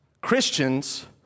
Christians